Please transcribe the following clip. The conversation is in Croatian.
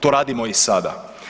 To radimo i sada.